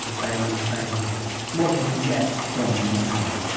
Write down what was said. they were the saving of me what did you get from them, what happened?